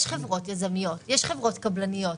יש חברות יזמיות, יש חברות קבלניות.